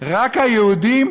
לא ייתכן שהכותל המערבי יהפוך,